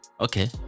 Okay